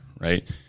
right